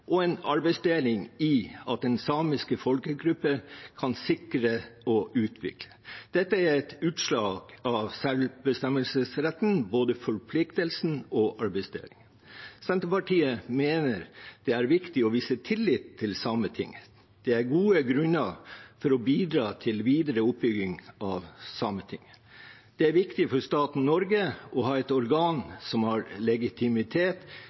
og en arbeidsdeling i at den samiske folkegruppe kan sikre og utvikle. Dette er et utslag av selvbestemmelsesretten, både forpliktelsen og arbeidsdelingen. Senterpartiet mener det er viktig å vise tillit til Sametinget. Det er gode grunner for å bidra til videre oppbygging av Sametinget. Det er viktig for staten Norge å ha et organ som har legitimitet